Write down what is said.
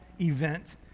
event